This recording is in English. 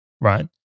right